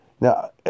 Now